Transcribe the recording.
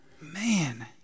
Man